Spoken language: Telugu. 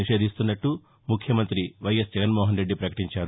నిషేధిస్తున్నట్లు ముఖ్యమంతి వైఎస్ జగన్మోహన్ రెడ్డి పకటించారు